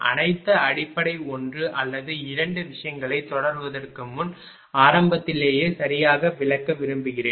அனைத்து அடிப்படை ஒன்று அல்லது இரண்டு விஷயங்களைத் தொடர்வதற்கு முன் ஆரம்பத்திலேயே சரியாக விளக்க விரும்புகிறேன்